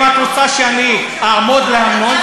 אם את רוצה שאני אעמוד להמנון,